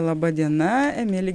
laba diena emili